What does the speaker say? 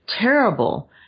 terrible